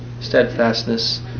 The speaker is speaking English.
steadfastness